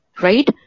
Right